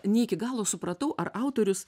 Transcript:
ne iki galo supratau ar autorius